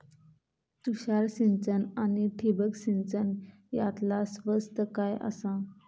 तुषार सिंचन आनी ठिबक सिंचन यातला स्वस्त काय आसा?